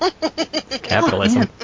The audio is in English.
Capitalism